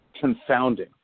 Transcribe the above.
confounding